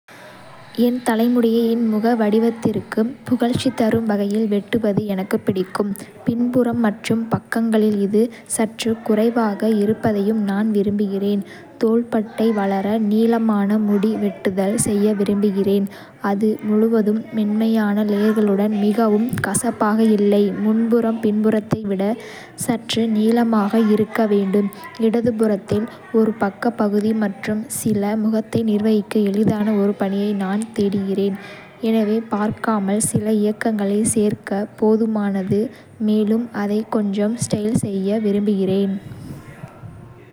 என் தலைமுடியை என் முக வடிவத்திற்குப் புகழ்ச்சி தரும் வகையில் வெட்டுவது எனக்குப் பிடிக்கும். பின்புறம் மற்றும் பக்கங்களில் இது சற்று குறைவாக இருப்பதையும் நான் விரும்புகிறேன். தோள்பட்டை வரை நீளமான முடி வெட்டுதல் செய்ய விரும்புகிறேன், அது முழுவதும் மென்மையான லேயர்களுடன், மிகவும் கசப்பாக இல்லை. முன்புறம் பின்புறத்தை விட சற்று நீளமாக இருக்க வேண்டும், இடதுபுறத்தில் ஒரு பக்க பகுதி மற்றும் ஒரு சில முகத்தை நிர்வகிக்க எளிதான ஒரு பாணியை நான் தேடுகிறேன், எனவே பார்க்காமல் சில இயக்கங்களைச் சேர்க்க போதுமானது, மேலும் அதை கொஞ்சம் ஸ்டைல் ​​​​செய்ய விரும்புகிறேன்.